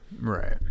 Right